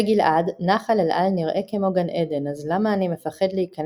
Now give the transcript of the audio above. נחל אל על מים בין